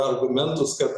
argumentus kad